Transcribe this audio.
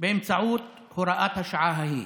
באמצעות הוראת השעה ההיא.